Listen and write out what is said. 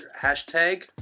Hashtag